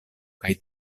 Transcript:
kaj